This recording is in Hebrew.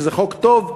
שזה חוק טוב,